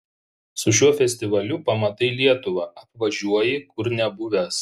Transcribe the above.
su šiuo festivaliu pamatai lietuvą apvažiuoji kur nebuvęs